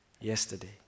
yesterday